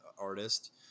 artist